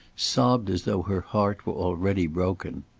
sobbed as though her heart were already broken.